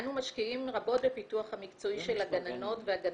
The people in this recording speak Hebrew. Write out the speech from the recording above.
אנו משקיעים רבות בפיתוח המקצועי של הגננות והגננים.